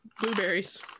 blueberries